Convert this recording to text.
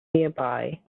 nearby